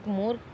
more